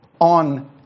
on